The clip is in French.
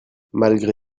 malgré